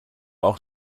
auch